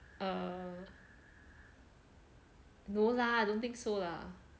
no lah don't think so lah